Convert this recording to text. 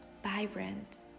vibrant